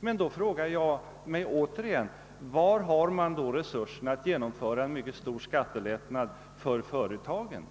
Men då frågar jag mig återigen: Varifrån får man resurser att genomföra en mycket stor skattelättnad för företagen?